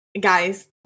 guys